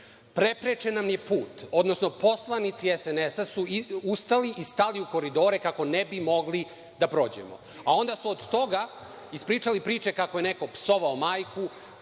preprečen nam je put, odnosno poslanici SNS su ustali i stali u koridore, kako ne bi mogli da prođemo. Onda su od toga ispričali priče kako je neko psovao majku,